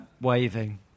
waving